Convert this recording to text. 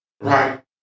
right